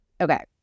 Okay